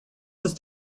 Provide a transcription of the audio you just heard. ist